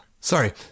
Sorry